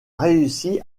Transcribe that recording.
réussi